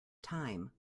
time